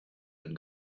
had